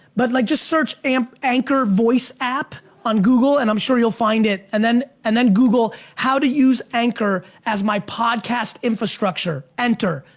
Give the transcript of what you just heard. but like just search anchor voice app on google and i'm sure you'll find it. and then and then google, how to use anchor as my podcast infrastructure? enter.